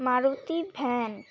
Maruti van